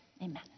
amen